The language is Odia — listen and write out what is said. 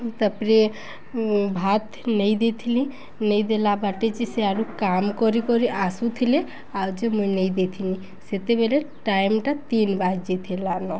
ତାପରେ ଭାତ ନେଇ ଦେଇଥିଲି ନେଇ ଦେଲା ବାଟେ ଯେ ସେଆଡ଼ୁ କାମ କରି କରି ଆସୁଥିଲେ ଆଉ ଯେ ମୁଇଁ ନେଇ ଦେଇଥିନି ସେତେବେଲେ ଟାଇମଟା ତିନ ବାଜିଥିଲା ନ